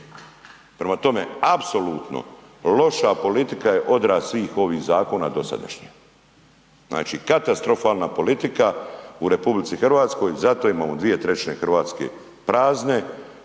Prema tome, apsolutno loša politika je odraz svih ovih zakona dosadašnjih. Znači katastrofalna politika u RH, zato imamo 2/3 Hrvatske prazne,